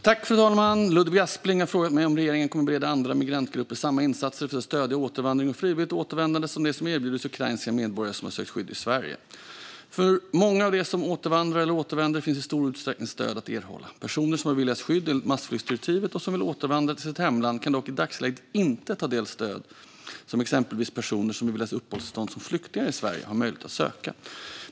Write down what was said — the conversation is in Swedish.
Fru talman! Ludvig Aspling har frågat mig om regeringen kommer att bereda andra migrantgrupper samma insatser för att stödja återvandring och frivilligt återvändande som de som kommer att erbjudas ukrainska medborgare som har sökt skydd i Sverige. För många av dem som återvandrar eller återvänder finns i stor utsträckning stöd att erhålla. Personer som har beviljats skydd enligt massflyktsdirektivet och som vill återvandra till sitt hemland kan dock i dagsläget inte ta del av det stöd som exempelvis personer som beviljats uppehållstillstånd som flyktingar i Sverige har möjlighet att söka.